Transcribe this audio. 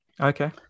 Okay